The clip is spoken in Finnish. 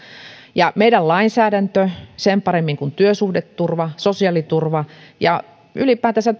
ei meidän lainsäädäntö sen paremmin kuin työsuhdeturva sosiaaliturva ja ylipäätänsä